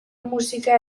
musika